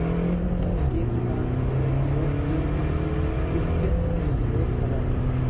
भारतीय किसान के विरोध तीन कृषि कृत्य के विरोध हलय